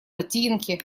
ботинки